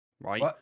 right